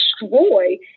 destroy